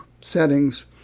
settings